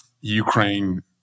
Ukraine